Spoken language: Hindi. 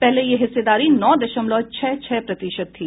पहले यह हिस्सेदारी नौ दशमलव छह छह प्रतिशत थी